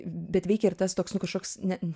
bet veikia ir tas toks nu kažkoks ne